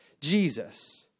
Jesus